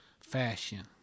fashion